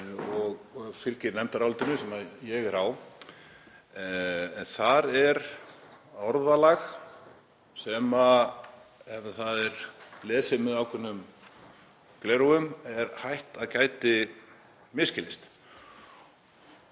og fylgir nefndarálitinu sem ég er á. Þar er orðalag sem, ef það er lesið með ákveðnum gleraugum, er hætt við að gæti misskilist.